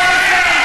את אנטישמית.